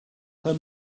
her